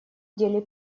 деле